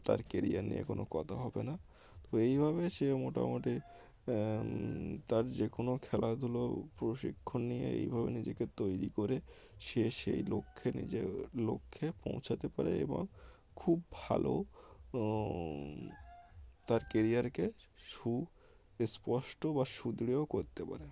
তার কেরিয়ার নিয়ে কোনো কথা হবে না তো এইভাবে সে মোটামুটি তার যে কোনো খেলাধুলো প্রশিক্ষণ নিয়ে এইভাবে নিজেকে তৈরি করে সে সেই লক্ষ্যে নিজের লক্ষ্যে পৌঁছাতে পারে এবং খুব ভালো তার কেরিয়ারকে সুস্পষ্ট বা সুদৃঢ়ও করতে পারে